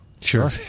Sure